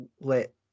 let